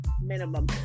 minimum